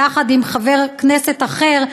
יחד עם חבר כנסת אחר,